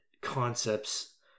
concepts